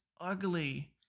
ugly